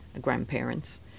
Grandparents